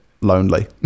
lonely